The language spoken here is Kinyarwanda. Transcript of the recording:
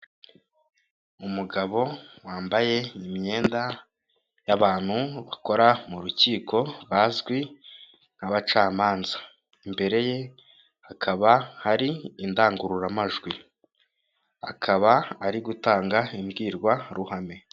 Umugabo wambaye imyenda y'abantu bakora mu rukiko bazwi nk'abacamanza. Imbere ye hakaba hari indangururamajwi akaba ari gutanga imbwirwaruhame.